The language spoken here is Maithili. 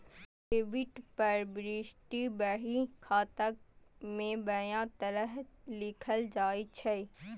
डेबिट प्रवृष्टि बही खाता मे बायां तरफ लिखल जाइ छै